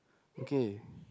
okay